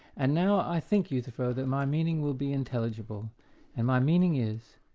and now i think, euthyphro, that my meaning will be intelligible and my meaning is,